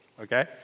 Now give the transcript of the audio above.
okay